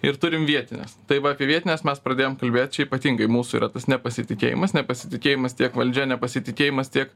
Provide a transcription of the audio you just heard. ir turim vietines tai va apie vietines mes pradėjom kalbėt čia ypatingai mūsų yra tas nepasitikėjimas nepasitikėjimas tiek valdžia nepasitikėjimas tiek